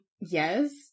Yes